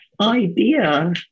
idea